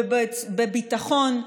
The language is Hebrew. בביטחון,